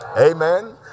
Amen